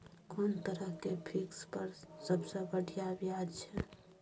कोन तरह के फिक्स पर सबसे बढ़िया ब्याज छै?